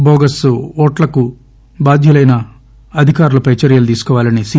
bogus ఓట్లకు బాధ్యులయిన అధికారులపై చర్యలు తీసుకోవాలని సి